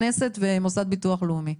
כנסת ומוסד לביטוח הלאומי.